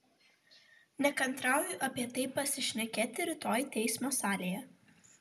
nekantrauju apie tai pasišnekėti rytoj teismo salėje